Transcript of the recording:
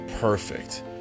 perfect